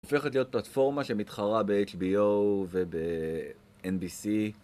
הופכת להיות פלטפורמה שמתחרה ב-HBO וב-NBC